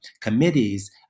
committees